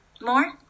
more